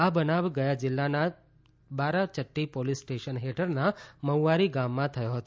આ બનાવ ગયા જિલ્લાના બારાચદ્દી પોલીસ સ્ટેશન હેઠળના મહુઆરી ગામમાં થયો ફતો